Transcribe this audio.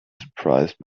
surprised